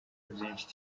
byinshi